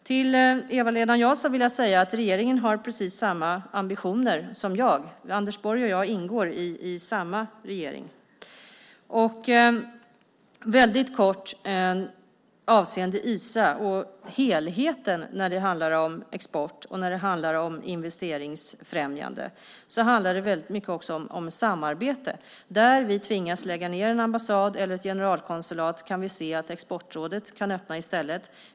Till Eva-Lena Jansson vill jag säga att regeringen har precis samma ambitioner som jag. Anders Borg ingår i samma regering. Avseende Isa och helheten när det handlar om export och investeringsfrämjande vill jag kort säga att det handlar om samarbete. Där vi tvingas lägga ned en ambassad eller ett generalkonsulat kan i stället Exportrådet öppna.